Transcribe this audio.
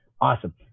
Awesome